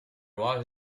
was